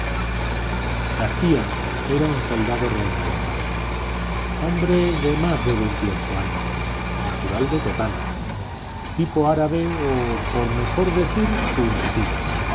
garcía era un soldado reenganchado hombre de más de veintiocho años natural de totana tipo árabe o por mejor decir tunecino